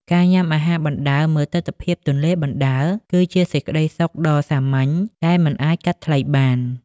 ការញ៉ាំអាហារបណ្តើរមើលទិដ្ឋភាពទន្លេបណ្តើរ គឺជាសេចក្តីសុខដ៏សាមញ្ញដែលមិនអាចកាត់ថ្លៃបាន។